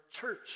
church